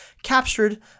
captured